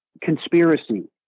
conspiracy